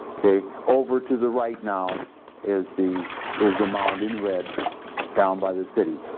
over to the right now is the is the mound in red down by the city.